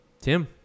tim